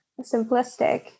simplistic